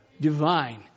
divine